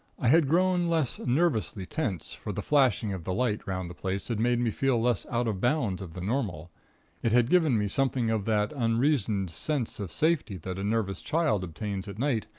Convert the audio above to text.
i had grown less nervously tense, for the flashing of the light round the place had made me feel less out of bounds of the normal it had given me something of that unreasoned sense of safety that a nervous child obtains at night,